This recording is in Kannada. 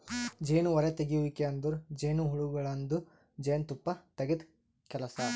ಜೇನು ಹೊರತೆಗೆಯುವಿಕೆ ಅಂದುರ್ ಜೇನುಹುಳಗೊಳ್ದಾಂದು ಜೇನು ತುಪ್ಪ ತೆಗೆದ್ ಕೆಲಸ